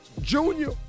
Junior